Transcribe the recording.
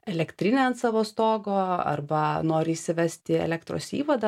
elektrinę ant savo stogo arba nori įsivesti elektros įvadą